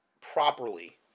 properly